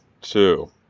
two